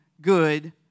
good